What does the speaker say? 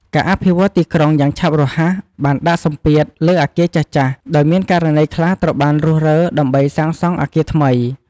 ការអភិវឌ្ឍន៍ទីក្រុងយ៉ាងឆាប់រហ័សបានដាក់សម្ពាធលើអគារចាស់ៗ ដោយមានករណីខ្លះត្រូវបានរុះរើដើម្បីសាងសង់អគារថ្មី។